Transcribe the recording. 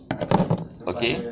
okay